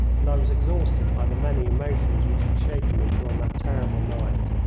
and i was exhausted by the many emotions which had shaken me during that terrible night.